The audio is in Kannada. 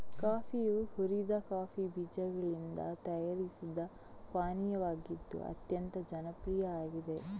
ಕಾಫಿಯು ಹುರಿದ ಕಾಫಿ ಬೀಜಗಳಿಂದ ತಯಾರಿಸಿದ ಪಾನೀಯವಾಗಿದ್ದು ಅತ್ಯಂತ ಜನಪ್ರಿಯ ಆಗಿದೆ